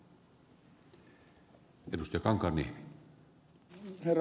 herra puhemies